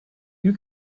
you